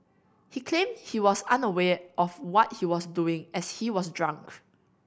he claimed he was unaware of what he was doing as he was drunk